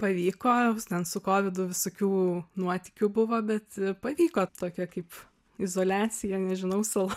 pavyko ten su kovidu visokių nuotykių buvo bet pavyko tokia kaip izoliacija nežinau sala